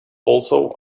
also